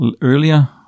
earlier